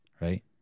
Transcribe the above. Right